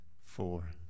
four